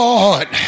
Lord